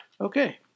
Okay